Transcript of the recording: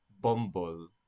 Bumble